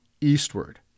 eastward